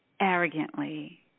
arrogantly